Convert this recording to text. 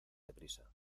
deprisa